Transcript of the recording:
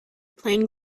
playing